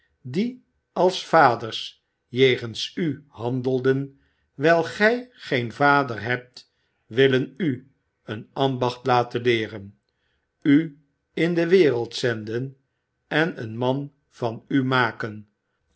die als vaders jegens u handelen wijl gij geen vader hebt willen u een ambacht laten leeren u in de wereld zenden en een man van u maken